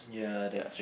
ya that's true